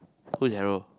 who is Herald